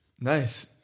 Nice